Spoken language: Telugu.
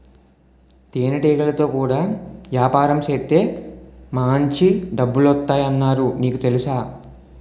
తేనెటీగలతో కూడా యాపారం సేత్తే మాంచి డబ్బులొత్తాయ్ అన్నారు నీకు తెలుసా?